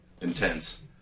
intense